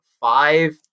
five